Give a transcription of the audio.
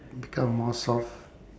become more soft